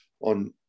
on